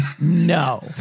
No